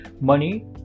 money